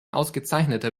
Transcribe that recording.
ausgezeichneter